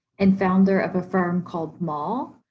and founder of a firm called mall.